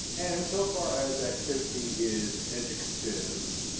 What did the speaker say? and so far as activity is educative,